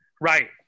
Right